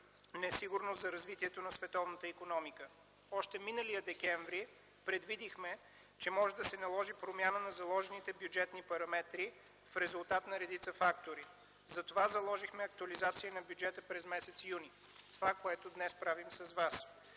несигурност за развитието на световната икономика. Още миналия декември предвидихме, че може да се наложи промяна на заложените бюджетни параметри в резултат на редица фактори. Затова заложихме актуализация на бюджета през м. юни – това, което днес правим с вас.